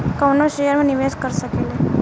कवनो शेयर मे निवेश कर सकेल